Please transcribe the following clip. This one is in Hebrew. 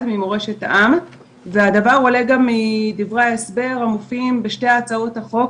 ממורשת העם והדבר עולה גם מדברי ההסבר המופיעים בשתי הצעות החוק